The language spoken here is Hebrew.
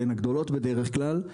שהן הגדולות בדרך כלל,